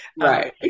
Right